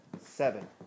Seven